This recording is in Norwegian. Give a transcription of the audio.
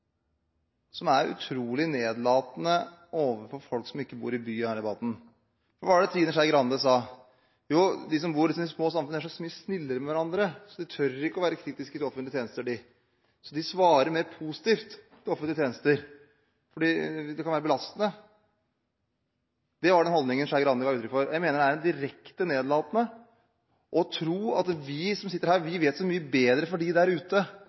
som er utrolig nedlatende overfor folk som ikke bor i by. Hva var det Trine Skei Grande sa? Jo, de som bor i sånne små samfunn, er så mye snillere med hverandre, så de tør ikke å være kritiske til offentlige tjenester, de svarer mer positivt om offentlige tjenester, fordi det kan være belastende. Det var den holdningen Skei Grande ga uttrykk for. Jeg mener det er direkte nedlatende å tro at vi som sitter her, vet så mye bedre enn de der ute,